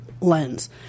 lens